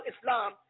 Islam